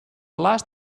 last